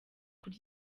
kuri